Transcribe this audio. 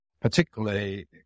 particularly